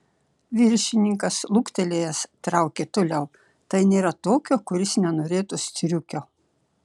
viršininkas luktelėjęs traukė toliau tai nėra tokio kuris nenorėtų striukio